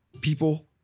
People